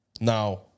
now